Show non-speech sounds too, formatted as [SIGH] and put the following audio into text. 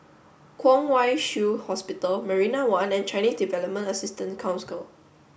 Kwong Wai Shiu Hospital Marina One and Chinese Development Assistance [UNINTELLIGIBLE]